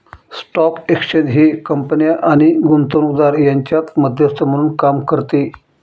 stock exchange हे कंपन्या आणि गुंतवणूकदार यांच्यात मध्यस्थ म्हणून काम करते